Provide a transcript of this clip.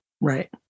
Right